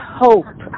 hope